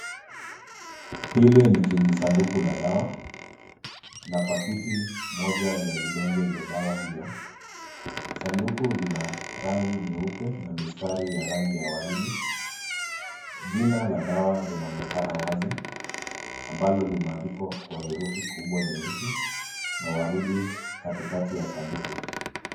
Hili ni kijisanduku la dawa na pakiti moja ya vidonge vya dawa hiyo. Sanduku lina rangi nyeupe na mistari ya rangi ya waridi. Jina la dawa linaonekana wazi ambalo limeandikwa kwa herufi kubwa nyeusi na waridi katikati ya sanduku.